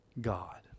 God